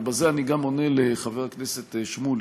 ובזה אני גם עונה לחבר הכנסת שמולי,